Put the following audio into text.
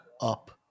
up